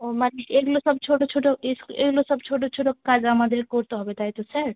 ও মানে এগুলো সব ছোটো ছোটো ইস এগুলো সব ছোটো ছোটো কাজ আমাদের করতে হবে তাই তো স্যার